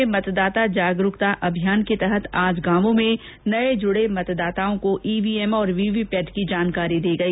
चूरू में मतदाता जागरूक अभियान के तहत आज गांवों में नए जुड़े मतदाताओं को ईवीएम और वीवीपैट की जानकारी दी गई